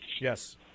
Yes